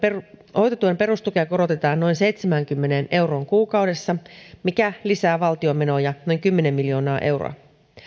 hoitotuen perustukea korotetaan noin seitsemäänkymmeneen euroon kuukaudessa mikä lisää valtion menoja noin kymmenen miljoonaa euroa